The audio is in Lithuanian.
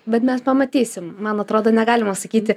bet mes pamatysim man atrodo negalima sakyti